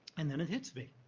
and then it hits me.